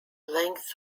length